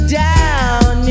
down